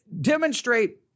demonstrate